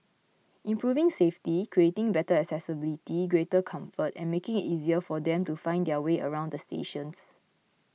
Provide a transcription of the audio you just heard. improving safety creating better accessibility greater comfort and making it easier for them to find their way around the stations